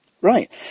Right